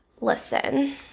Listen